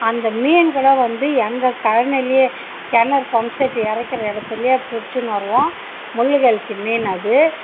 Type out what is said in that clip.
அந்த மீன் கூட வந்து எங்கள் கழனிலேயே கிணறு பம்ப் செட்டு இறைக்கிற இடத்துலியே பிடிச்சின்னு வருவோம் முள் கெளுத்தி மீன் அது